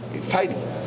fighting